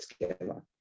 together